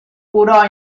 curò